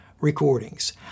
recordings